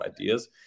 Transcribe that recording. ideas